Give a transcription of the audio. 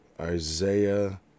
Isaiah